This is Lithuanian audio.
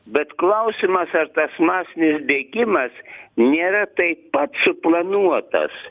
bet klausimas ar tas masinis bėgimas nėra taip pat suplanuotas